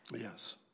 Yes